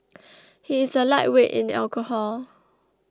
he is a lightweight in alcohol